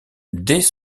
dès